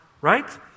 right